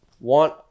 want